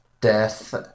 death